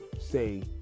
say